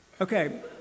Okay